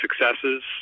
successes